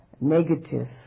negative